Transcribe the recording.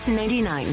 99